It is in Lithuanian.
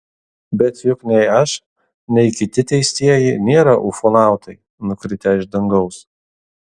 bet juk nei aš nei kiti teistieji nėra ufonautai nukritę iš dangaus